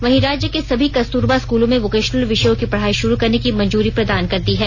वहीं राज्य के सभी कस्तूरबा स्कूलों में वोकेषनल विषयों की पढ़ाई षुरू करने की मंजूरी प्रदान कर दी है